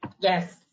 Yes